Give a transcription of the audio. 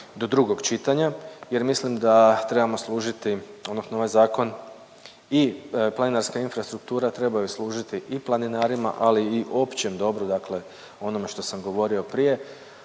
do drugog čitanja jer mislim da trebamo služiti odnosno ovaj zakon i planinarska infrastruktura trebaju služiti i planinarima ali i općem dobru dakle onome što sam govorio prije,